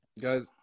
guys